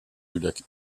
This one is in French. lac